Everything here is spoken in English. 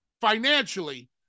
financially